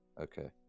Okay